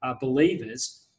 believers